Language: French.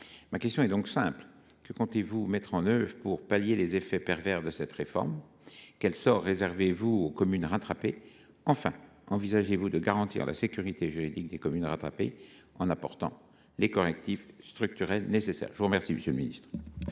Ma question est donc simple : que comptez vous mettre en œuvre pour pallier les effets pervers de cette réforme ? Quel sort réservez vous aux communes rattrapées ? Enfin, envisagez vous de garantir la sécurité juridique desdites communes en apportant les correctifs structurels nécessaires ? La parole est à M. le ministre